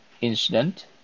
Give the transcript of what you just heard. incident